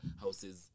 houses